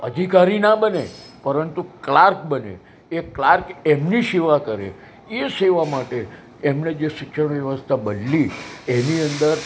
અધિકારી ન બને પરંતુ ક્લાર્ક બને એ ક્લાર્ક એમની સેવા કરે એ સેવા માટે એમણે જે શિક્ષણ વ્યવસ્થા બદલી એની અંદર